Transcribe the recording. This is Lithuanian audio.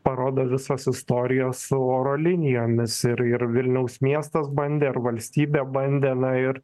parodo visos istorijos su oro linijomis ir ir vilniaus miestas bandė ir valstybė bandė na ir